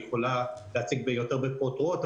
היא יכולה להציג בפרוטרוט,